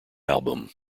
album